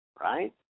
right